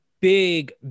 Big